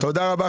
תודה רבה.